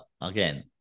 Again